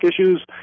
issues